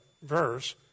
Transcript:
Verse